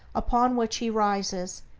upon which he rises,